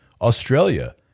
Australia